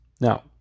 Now